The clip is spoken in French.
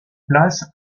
place